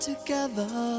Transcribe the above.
together